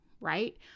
right